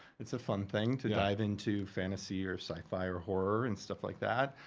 it's a fun thing to dive into fantasy, or sci-fi, or horror, and stuff like that.